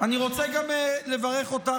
אני רוצה גם לברך אותך,